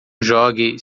jogue